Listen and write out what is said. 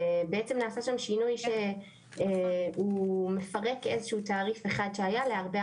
בעצם נעשה שם שינוי שהוא מפרק איזה שהוא תעריף אחד שהיה להרבה,